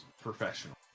professional